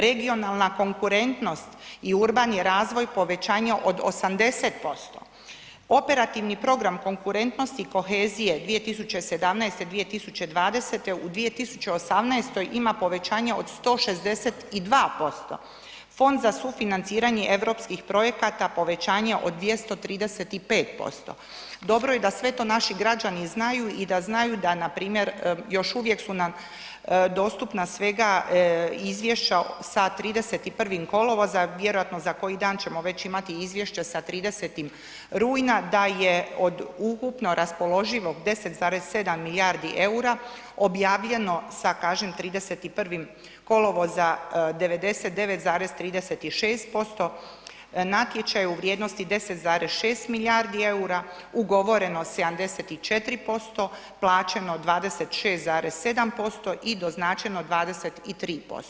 Regionalna konkurentnost i urbani razvoj povećanje od 80%, operativni program konkurentnosti i kohezije 2017.-2020. u 2018. ima povećanje od 162%, Fond za sufinanciranje europskih projekata povećanje od 235%, dobro je da sve to naši građani i znaju i da znaju da npr. još uvijek su nam dostupna svega izvješća sa 31. kolovoza, vjerojatno za koji dan ćemo već imati i izvješće sa 30. rujna da je od ukupno raspoloživog 10,7 milijardi EUR-a objavljeno sa, kažem 31. kolovoza 99,36%, natječaj u vrijednosti 10,6 milijardi EUR-a, ugovorenost 74%, plaćeno 26,7% i doznačeno 23%